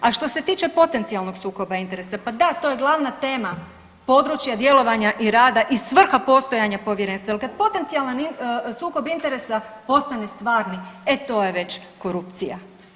A što se tiče potencijalnog sukoba interesa, pa da to je glavna tema područja djelovanja i rada i svrha postojanja povjerenstva jer kad potencijalan sukob interesa postane stvarni, e to je već korupcija.